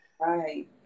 Right